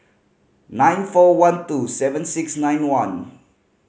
nine four one two seven six nine one